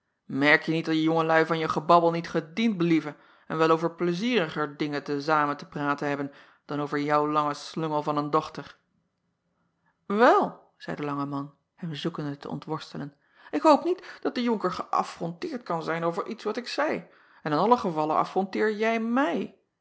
merkje niet dat die jongelui van je gebabbel niet gediend blieven en wel over pleizieriger dingen te zamen te praten hebben dan over jou lange slungel van een dochter el zeî de lange man hem zoekende te ontworstelen ik hoop niet dat de onker geäffronteerd kan zijn over iets wat ik zeî en in allen gevalle affronteer jij mij